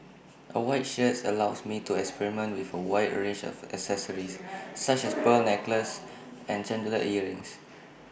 A white shirt allows me to experiment with A wide range of accessories such as pearl necklaces and chandelier earrings